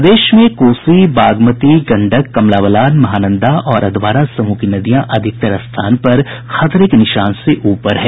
प्रदेश में कोसी बागमती गंडक कमला बलान महानंदा और अधवारा समूह की नदियां अधिकतर स्थान पर खतरे के निशान से ऊपर है